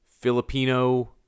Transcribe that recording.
Filipino